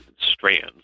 strands